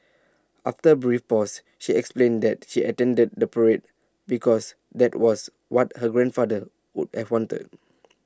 after A brief pause she explained that she attended the parade because that was what her grandfather would have wanted